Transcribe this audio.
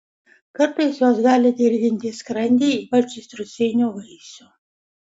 kartais jos gali dirginti skrandį ypač citrusinių vaisių